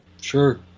Sure